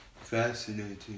Fascinating